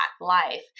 life